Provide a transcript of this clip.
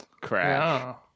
crash